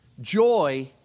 Joy